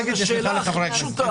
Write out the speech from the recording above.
היא נשלחה לחברי הכנסת.